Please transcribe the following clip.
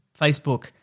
Facebook